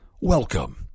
Welcome